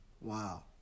Wow